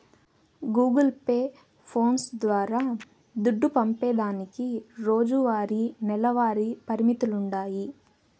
Google Pay, phones ద్వారా దుడ్డు పంపేదానికి రోజువారీ, నెలవారీ పరిమితులుండాయి